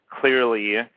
clearly